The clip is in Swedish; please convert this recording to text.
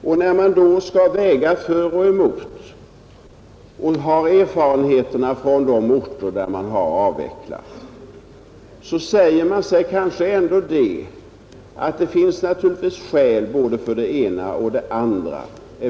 Och när man skall väga för och emot och har erfarenheter från de orter där regleringen har avvecklats, så måste man säga sig att det finns skäl för både det ena och det andra.